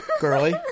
girly